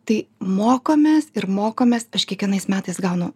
tai mokomės ir mokomės aš kiekvienais metais gaunu